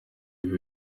biba